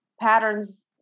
patterns